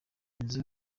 nzu